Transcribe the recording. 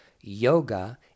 Yoga